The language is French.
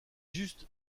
juste